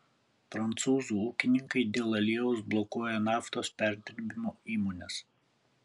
prancūzų ūkininkai dėl aliejaus blokuoja naftos perdirbimo įmones